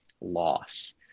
loss